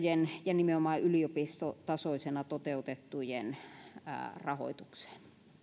ja nimenomaan yliopistotasoisena toteutettujen rahoitukseen